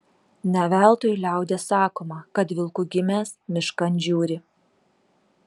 ne veltui liaudies sakoma kad vilku gimęs miškan žiūri